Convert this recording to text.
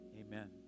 Amen